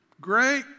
Great